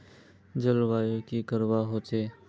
जलवायु की करवा होचे?